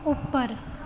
ਉੱਪਰ